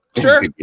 Sure